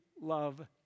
love